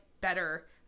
better